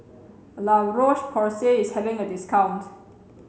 La Roche Porsay is having a discount